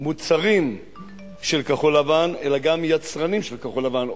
מוצרים של כחול-לבן אלא גם יצרנים של כחול-לבן,